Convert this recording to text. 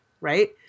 right